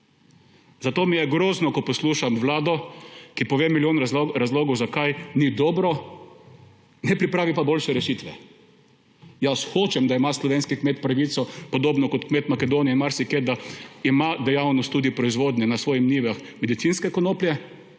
Zato mi je grozno, ko poslušam vlado, ki pove milijon razlogov, zakaj ni dobro; ne pripravi pa boljše rešitve. Jaz hočem, da ima slovenski kmet pravico, podobno kot kmet Makedonije in marsikje drugje, da ima tudi dejavnost proizvodnje medicinske konoplje